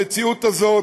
המציאות הזו